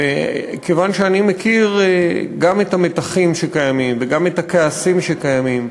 וכיוון שאני מכיר גם את המתחים שקיימים וגם את הכעסים שקיימים,